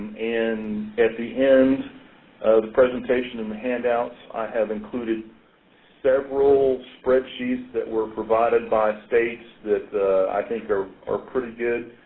at the end of the presentation, in the handouts, i have included several spreadsheets that were provided by states that i think are are pretty good.